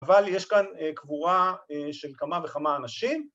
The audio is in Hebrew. אבל יש כאן קבורה של כמה וכמה אנשים.